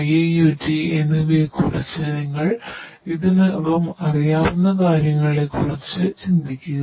0 IIoT എന്നിവയെക്കുറിച്ച് നിങ്ങൾക്ക് ഇതിനകം അറിയാവുന്ന കാര്യങ്ങളെക്കുറിച്ച് ചിന്തിക്കുക